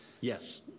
Yes